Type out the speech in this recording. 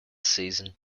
season